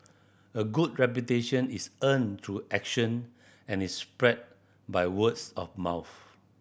a good reputation is earned through action and is spread by worth of mouth